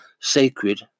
sacred